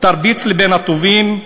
תרביץ לבן הטובים.